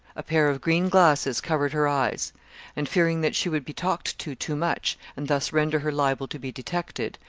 a pair of green glasses covered her eyes and fearing that she would be talked to too much and thus render her liable to be detected,